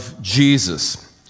Jesus